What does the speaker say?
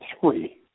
three